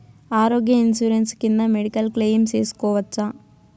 ఆరోగ్య ఇన్సూరెన్సు కింద medical claim సేసుకోవచ్చా?